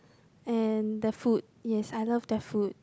and the food yes I love their food